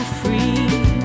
free